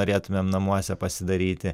norėtumėm namuose pasidaryti